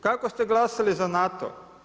Kako ste glasali za NATO?